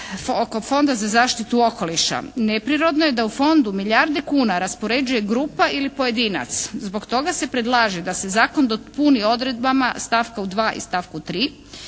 oko Fonda za zaštitu okoliša. Neprirodno je da u Fondu milijarde kuna raspoređuje grupa ili pojedinac. Zbog toga se predlaže da se zakon dopuni odredbama stavka 2. i stavku 3.